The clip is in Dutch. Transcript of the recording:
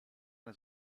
het